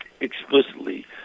explicitly